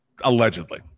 allegedly